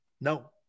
No